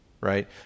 right